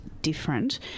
different